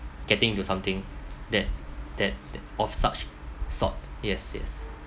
getting into something that that that of such sort yes yes